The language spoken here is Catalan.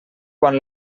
quan